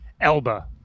Elba